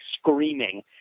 screaming